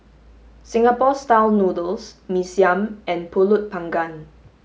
Singapore style noodles mee siam and pulut panggang